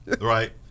right